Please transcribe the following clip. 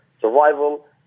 Survival